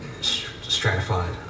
stratified